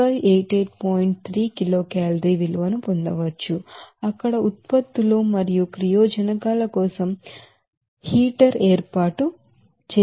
3kilocalorie విలువను పొందవచ్చు అక్కడ ఉత్పత్తులు మరియు రియాక్టన్స్ ల కోసం హీటర్ ఏర్పాటు మీకు తెలుసు